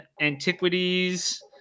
Antiquities